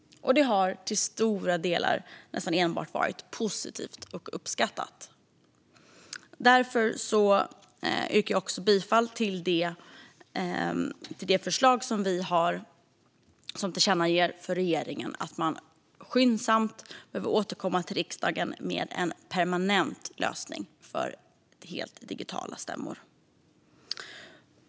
Och det har till stora delar varit nästan enbart positivt och uppskattat. Därför yrkar jag bifall till reservationen i betänkandet om ett förslag till tillkännagivande till regeringen att man skyndsamt bör återkomma till riksdagen med en permanent lösning för helt digitala stämmor.